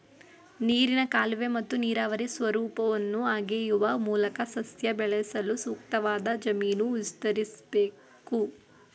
ನೀರಿನ ಕಾಲುವೆ ಮತ್ತು ನೀರಾವರಿ ಸ್ವರೂಪವನ್ನು ಅಗೆಯುವ ಮೂಲಕ ಸಸ್ಯ ಬೆಳೆಸಲು ಸೂಕ್ತವಾದ ಜಮೀನು ವಿಸ್ತರಿಸ್ಬೇಕು